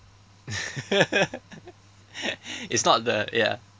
it's not the ya